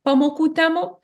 pamokų temų